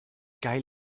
geil